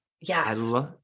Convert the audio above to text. Yes